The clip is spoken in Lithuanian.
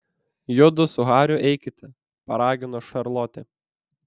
judu su hariu eikite paragino šarlotė